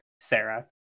Sarah